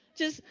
just,